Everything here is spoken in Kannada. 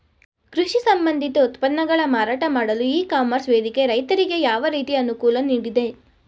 ಕೃಷಿ ಸಂಬಂಧಿತ ಉತ್ಪನ್ನಗಳ ಮಾರಾಟ ಮಾಡಲು ಇ ಕಾಮರ್ಸ್ ವೇದಿಕೆ ರೈತರಿಗೆ ಯಾವ ರೀತಿ ಅನುಕೂಲ ನೀಡಿದೆ?